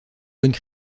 bonnes